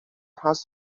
has